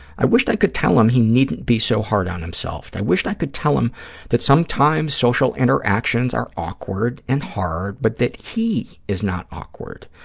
i wished i could tell him he needn't be so hard on himself. i wished i could tell him that sometimes social interactions are awkward and hard, but that he is not awkward.